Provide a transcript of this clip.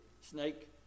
snake